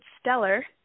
Stellar